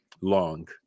long